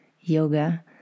Yoga